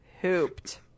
hooped